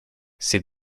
c’est